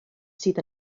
sydd